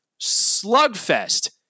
slugfest